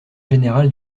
général